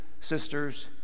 sisters